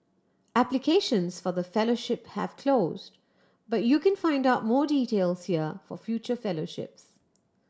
applications for the fellowship have closed but you can find out more details here for future fellowships